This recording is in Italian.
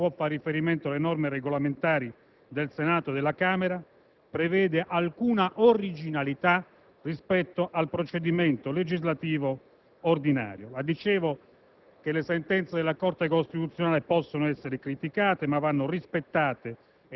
tant'è che nessuna norma, né si può far riferimento alle norme regolamentari del Senato e della Camera, prevede alcuna originalità rispetto al procedimento legislativo ordinario.